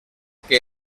que